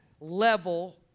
level